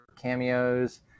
cameos